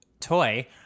toy